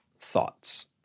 thoughts